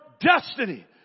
destiny